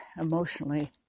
emotionally